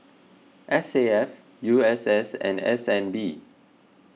S A F U S S and S N B